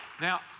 now